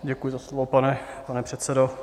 Děkuji za slovo, pane předsedo.